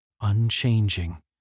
unchanging